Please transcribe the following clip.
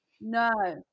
No